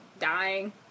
dying